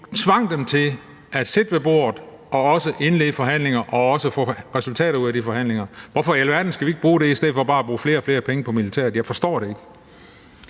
vi tvang dem til at sidde ved bordet og også indlede forhandlinger og også få resultater ud af de forhandlinger. Hvorfor i alverden skal vi ikke bruge det i stedet for bare at bruge flere og flere penge på militæret? Jeg forstår det ikke.